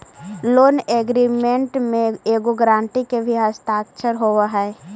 loan agreement में एगो guarantor के भी हस्ताक्षर होवऽ हई